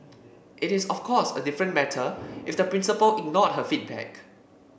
it is of course a different matter if the principal ignored her feedback